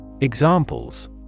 Examples